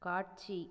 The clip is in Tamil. காட்சி